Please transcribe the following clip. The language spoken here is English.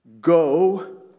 Go